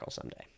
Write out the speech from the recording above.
someday